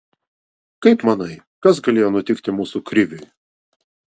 kaip manai kas galėjo nutikti mūsų kriviui